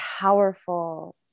powerful